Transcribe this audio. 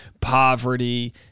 poverty